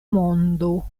mondo